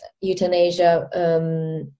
euthanasia